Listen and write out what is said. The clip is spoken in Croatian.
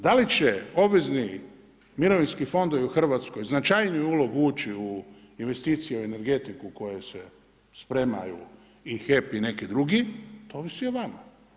Da li će obvezni mirovinski fondovi u RH značajniju ulogu ući u investicije u energetiku kojoj se spremaju i HEP i neki drugi, to ovisi o vama.